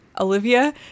Olivia